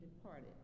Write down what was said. departed